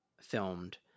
filmed